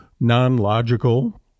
non-logical